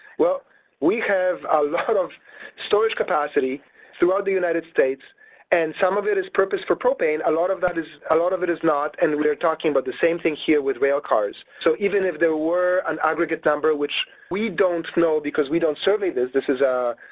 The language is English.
well we have a lot of storage capacity throughout the united states and some of it is purposed for propane a lot of that is a lot of it is not and we're talking about the same thing here with rail cars. so even if there were an aggregate number, which we don't know because we don't serve survey this. this is ah,